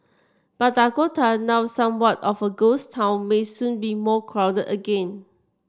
but Dakota now somewhat of a ghost town may soon be more crowded again